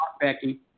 Becky